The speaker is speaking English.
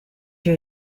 you